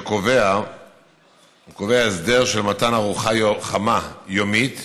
שקובע הסדר של מתן ארוחה חמה יומית